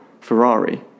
Ferrari